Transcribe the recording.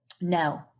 No